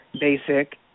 basic